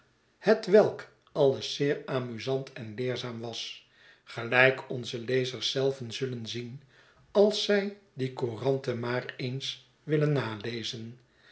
hetwelk alles zeer amusant en leerzaam was gelijk onze lezers zelven zullen zien als zij die couranten maar eens willen nalezen